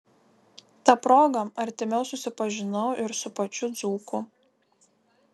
ta proga artimiau susipažinau ir su pačiu dzūku